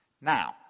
Now